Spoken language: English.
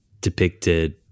depicted